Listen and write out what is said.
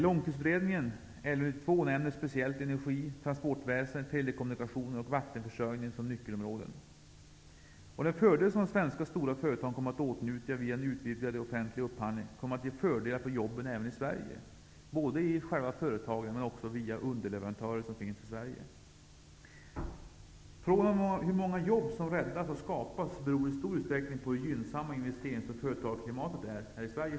Långtidsutredningen, LU 92, nämner speciellt energi, transportväsendet, telekommunikation och vattenförsörjning som nyckelområden. Den fördel som de svenska stora företagen kommer att åtnjuta via den utvidgade offentliga upphandlingen kommer att ge fördelar för jobben även i Sverige, både i dessa företag och för de underleverantörer som finns i Sverige. Men frågan om hur många jobb som räddas och skapas beror självfallet i stor utsträckning på hur gynnsamt investerings och företagarklimatet är här i Sverige.